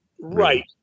Right